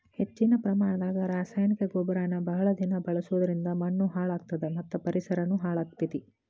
ಹೆಚ್ಚಿನ ಪ್ರಮಾಣದಾಗ ರಾಸಾಯನಿಕ ಗೊಬ್ಬರನ ಬಹಳ ದಿನ ಬಳಸೋದರಿಂದ ಮಣ್ಣೂ ಹಾಳ್ ಆಗ್ತದ ಮತ್ತ ಪರಿಸರನು ಹಾಳ್ ಆಗ್ತೇತಿ